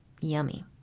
yummy